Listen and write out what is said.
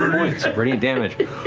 radiant damage.